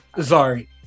sorry